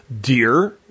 Deer-